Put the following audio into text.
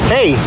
Hey